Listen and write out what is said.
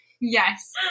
Yes